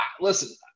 listen